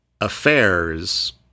affairs